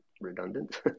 Redundant